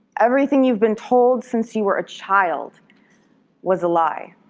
everything you've been told since you were a child was a lie?